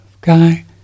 guy